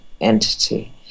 entity